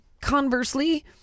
conversely